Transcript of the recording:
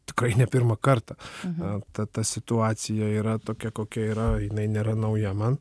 tikrai ne pirmą kartą ta ta situacija yra tokia kokia yra jinai nėra nauja man